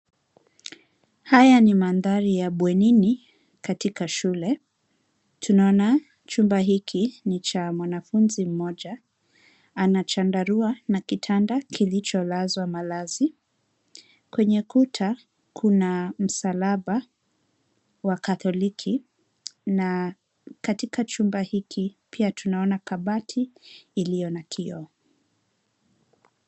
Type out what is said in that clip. Haya ni mandhari ya bwenini katika shule. Tunaona chumba hiki ni cha mwanafunzi mmoja. Ana chandarua na kitanda kikicholazwa malazi. Kwenye kuta, kuna msalaba wa katoliki, na katika chumba hiki, pia tunaona kabati iliyo na kioo.